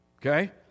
okay